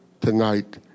tonight